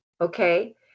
okay